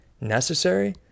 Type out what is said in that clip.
Necessary